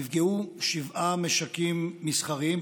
נפגעו שבעה משקים מסחריים,